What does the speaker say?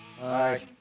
Bye